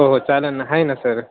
हो हो चालेल ना आहे ना सर